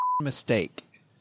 mistake